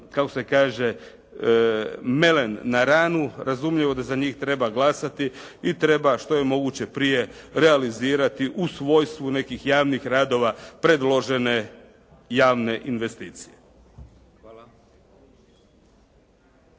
kako se kaže, melem na ranu, razumljivo da za njih treba glasati i treba što je moguće prije realizirati u svojstvu nekih javnih radova predložene javne investicije.